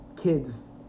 kids